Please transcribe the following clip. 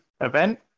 event